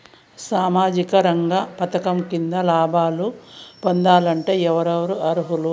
సామాజిక రంగ పథకం కింద లాభం పొందాలంటే ఎవరెవరు అర్హులు?